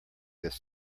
this